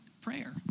prayer